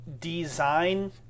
design